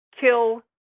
kill